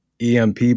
EMP